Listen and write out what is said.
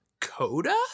coda